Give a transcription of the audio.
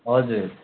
हजुर